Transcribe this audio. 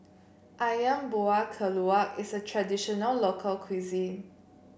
ayam Buah Keluak is a traditional local cuisine